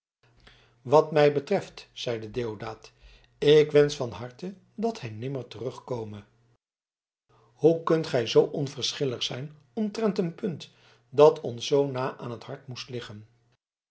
wat mij betreft zeide deodaat ik wensch van harte dat hij nimmer terugkome hoe kunt gij zoo onverschillig zijn omtrent een punt dat ons zoo na aan t hart moest liggen